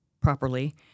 properly